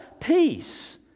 peace